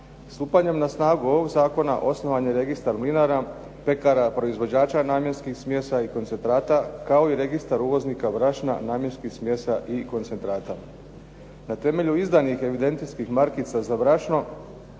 Stupanjem na snagu ovoga zakona osnovan je registar mlinara, pekara, proizvođača namjenskih smjesa i koncentrata kao i registar uvoznika brašna, namjenskih smjesa i koncentrata. Na temelju izdanih evidencijskih markica za brašno